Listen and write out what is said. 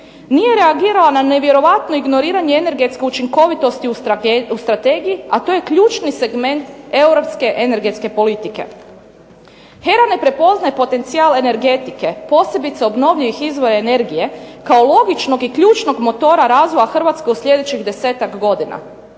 Nije reagirala na nevjerojatno ignoriranje energetske učinkovitosti u strategiji, a to je ključni segment europske energetske politike. HERA ne prepoznaje potencijal energetike, posebice obnovljivih izvora energije kao logičnog i ključnog motora razvoja Hrvatske u sljedećih 10-ak godina.